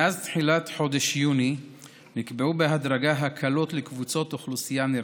מאז תחילת חודש יוני נקבעו בהדרגה הקלות לקבוצות אוכלוסייה נרחבות,